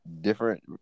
different